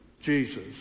Jesus